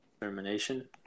Termination